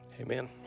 Amen